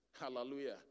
Hallelujah